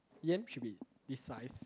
yam should be this size